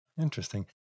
Interesting